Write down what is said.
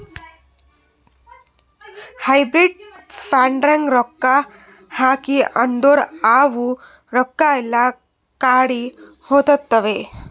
hybrid ಫಂಡ್ನಾಗ್ ರೊಕ್ಕಾ ಹಾಕಿ ಅಂದುರ್ ಅವು ರೊಕ್ಕಾ ಎಲ್ಲಾ ಕಡಿ ಹೋತ್ತಾವ್